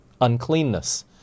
uncleanness